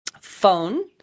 phone